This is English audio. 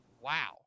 Wow